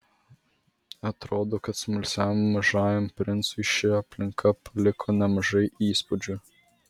atrodo kad smalsiam mažajam princui ši aplinka paliko nemažai įspūdžių